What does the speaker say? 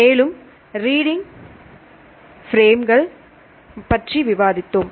மேலும் reading frames பற்றி விவாதித்தோம்